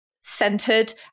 centered